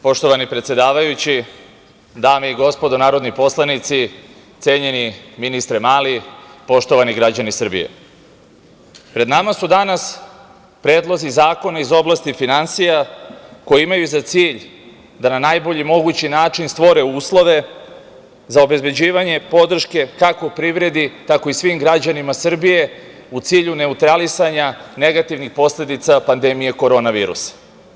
Poštovani predsedavajući, dame i gospodo, cenjeni ministre, poštovani građani Srbije, pred nama su danas predlozi zakona iz oblasti finansija koji imaju za cilj da na najbolji način stvore uslove za obezbezđivanje podrške kako privredi, tako i svim građanima Srbije, u cilju neutralisanja negativnih posledica pandemije Korona virusa.